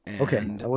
Okay